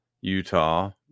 Utah